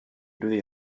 irudi